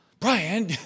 Brian